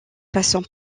passant